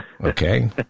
Okay